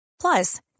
plus